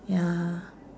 ya